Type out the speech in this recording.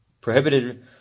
prohibited